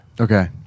Okay